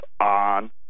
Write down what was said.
on